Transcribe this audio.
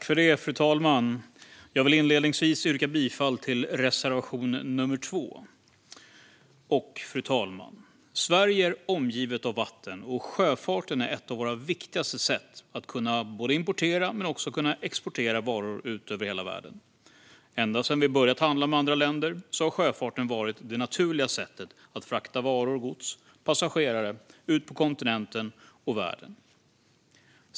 Fru talman! Jag vill inledningsvis yrka bifall till reservation nr 2. Fru talman! Sverige är omgivet av vatten, och sjöfarten är ett av våra viktigaste sätt att både kunna importera men också kunna exportera varor ut över hela världen. Ända sedan vi börjat handla med andra länder har sjöfarten varit det naturliga sättet att frakta varor, gods och passagerare ut på kontinenten och i världen.